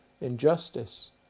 injustice